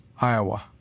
Iowa